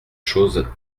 choses